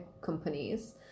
companies